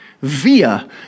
via